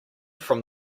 from